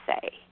say